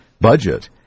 budget